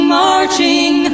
marching